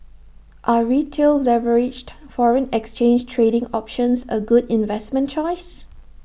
are retail leveraged foreign exchange trading options A good investment choice